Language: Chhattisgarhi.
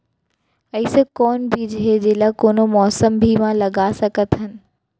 अइसे कौन बीज हे, जेला कोनो मौसम भी मा लगा सकत हन?